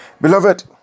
beloved